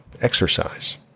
exercise